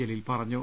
ജലീൽ പറഞ്ഞു